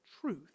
truth